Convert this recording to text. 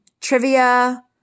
trivia